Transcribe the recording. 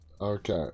Okay